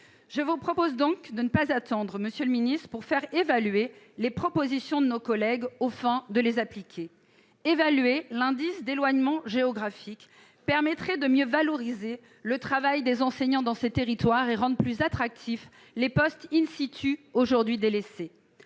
Je vous propose donc de ne pas attendre, monsieur le ministre, pour faire évaluer les propositions de nos collègues, dans la perspective de leur application. Évaluer l'indice d'éloignement géographique permettrait de mieux valoriser le travail des enseignants dans ces territoires et de rendre plus attractifs des postes aujourd'hui délaissés.